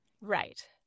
Right